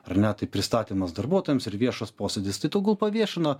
ar ne tai pristatymas darbuotojams ir viešas posėdis tai tegul paviešina